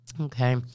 Okay